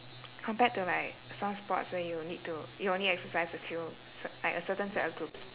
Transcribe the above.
compared to like some sports where you'll need to you only exercise a few ce~ like a certain set of groups